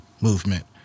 movement